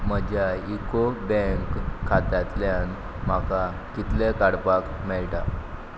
म्हज्या UCO bank खात्यांतल्यान म्हाका कितले काडपाक मेळटा